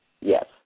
Yes